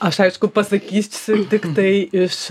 aš aišku pasakysiu tiktai iš